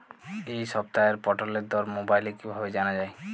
এই সপ্তাহের পটলের দর মোবাইলে কিভাবে জানা যায়?